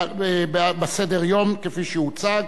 בסדר-היום, כפי שהוצג.